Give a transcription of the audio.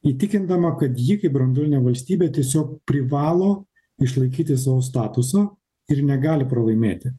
įtikindama kad ji kaip branduolinė valstybė tiesiog privalo išlaikyti savo statusą ir negali pralaimėti